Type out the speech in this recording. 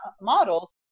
models